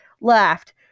Laughed